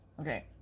Okay